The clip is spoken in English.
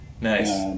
Nice